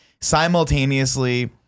simultaneously